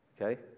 Okay